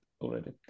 already